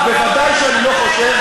אתה, אז ודאי שאני לא חושב,